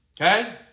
Okay